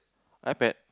iPad